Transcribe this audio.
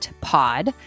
Pod